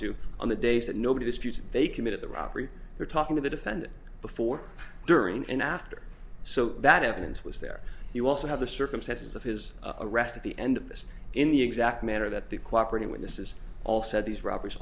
two on the days that nobody disputes that they committed the robbery we're talking to the defendant before during and after so that evidence was there you also have the circumstances of his a rest at the end of this in the exact manner that the cooperated when this is all said these robber